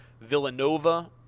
villanova